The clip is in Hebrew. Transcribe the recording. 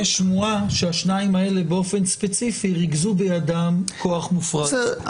שמועה שהשניים האלה באופן ספציפי ריכזו בידם כוח מופרז.